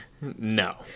No